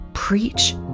preach